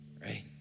Right